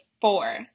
four